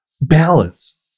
balance